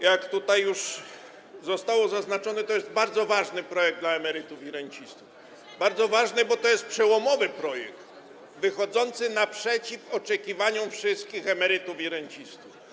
Jak tutaj już zaznaczono, to jest bardzo ważny projekt dla emerytów i rencistów, bardzo ważny, bo jest to przełomowy projekt, wychodzący naprzeciw oczekiwaniom wszystkich emerytów i rencistów.